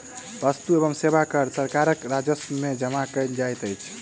वस्तु एवं सेवा कर सरकारक राजस्व में जमा कयल जाइत अछि